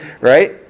right